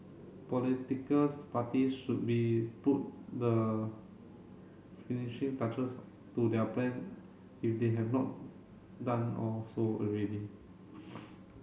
politicals parties should be put the finishing touches to their plan if they have not done or so already